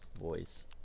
voice